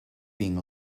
being